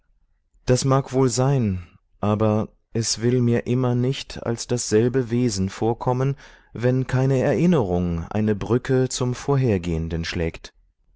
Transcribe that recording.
das mag wohl sein aber es will mir immer nicht als dasselbe wesen vorkommen wenn keine erinnerung eine brücke zum vorhergehenden schlägt